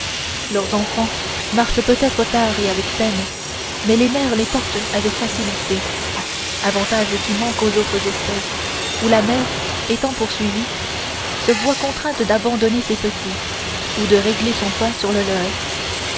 leurs enfants marchent peut-être tard et avec peine mais les mères les portent avec facilité avantage qui manque aux autres espèces où la mère étant poursuivie se voit contrainte d'abandonner ses petits ou de régler son pas sur le leur